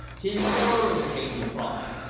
timber! came the cry,